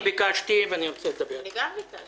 אני מבקשת שנקים את